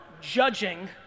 judging